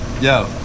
Yo